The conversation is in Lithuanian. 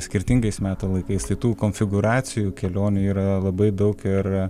skirtingais metų laikais tai tų konfigūracijų kelionių yra labai daug ir